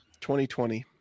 2020